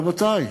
רבותי,